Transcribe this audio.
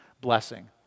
blessing